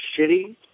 shitty